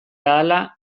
ahala